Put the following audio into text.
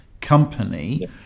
company